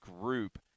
group